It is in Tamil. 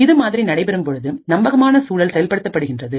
இது மாதிரி நடைபெறும் பொழுது நம்பகமான சூழல் செயல்படுத்தப்படுகின்றது